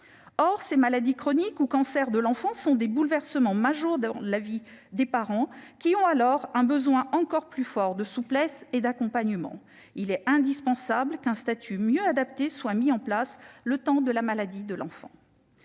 Or ces maladies chroniques ou cancers de l'enfant sont des bouleversements majeurs dans la vie des parents, qui ont alors un besoin encore plus fort de souplesse et d'accompagnement. Il est indispensable qu'un statut mieux adapté soit mis en place le temps de la maladie de l'enfant